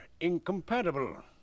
incompatible